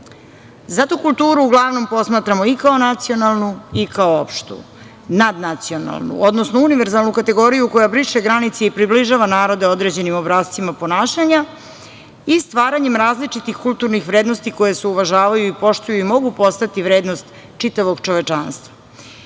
kulturu uglavnom posmatramo i kao nacionalnu i kao opštu, nadnacionalnu, odnosno univerzalnu kategoriju koja briše granice i približava narode određenim obrascima ponašanja i stvaranjem različitih kulturnih vrednosti koje se uvažavaju i poštuju i mogu postati vrednost čitavog čovečanstva. Primer